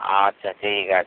আচ্ছা ঠিক আছে